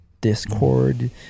Discord